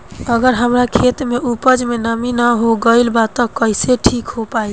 अगर हमार खेत में उपज में नमी न हो गइल बा त कइसे ठीक हो पाई?